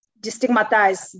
destigmatize